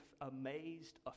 amazed